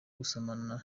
gusomana